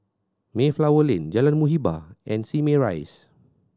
Mayflower Lane Jalan Muhibbah and Simei Rise